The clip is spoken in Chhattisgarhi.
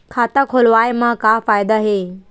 खाता खोलवाए मा का फायदा हे